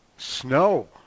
snow